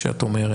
מה שאת אומרת.